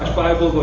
bible, but